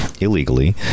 illegally